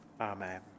amen